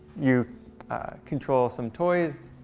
you control some toys